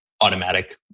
automatic